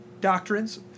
doctrines